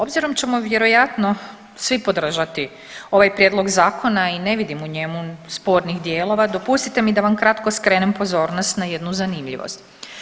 Obzirom ćemo vjerojatno svi podržati ovaj Prijedlog zakona i ne vidim u njemu spornih dijelova, dopustite mi da vam kratko skrenem pozornost na jednu zanimljivost.